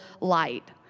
light